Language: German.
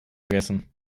vergessen